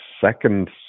Second